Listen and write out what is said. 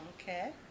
Okay